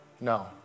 no